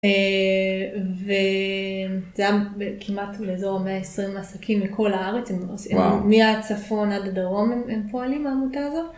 וגם כמעט עוד איזור 120 עסקים מכל הארץ, מהצפון עד הדרום הם פועלים בעמותה הזאת.